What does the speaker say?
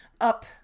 up